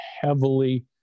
heavily